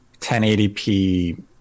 1080p